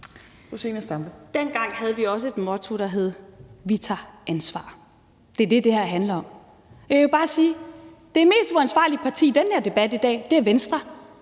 Dengang havde vi også et motto, der hed: »Vi tager ansvar.« Det er det, det her handler om. Og jeg vil bare sige, at det mest uansvarlige parti i den her debat i dag er Venstre,